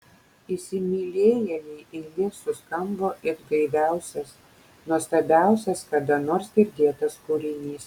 įsimylėjėlei eilės suskambo it gaiviausias nuostabiausias kada nors girdėtas kūrinys